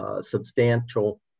substantial